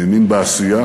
הוא האמין בעשייה.